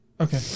Okay